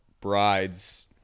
brides